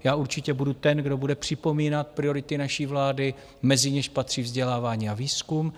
Já určitě budu ten, kdo bude připomínat priority naší vlády, mezi něž patří vzdělávání a výzkum.